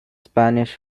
spanish